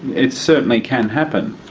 it certainly can happen.